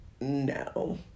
no